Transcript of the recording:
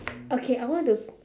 okay I want to